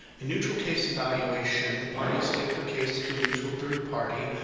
in neutral case evaluation, the parties take their case to a neutral third party,